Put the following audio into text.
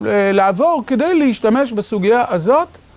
לעבור, כדי להשתמש בסוגיה הזאת